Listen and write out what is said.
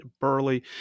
Burley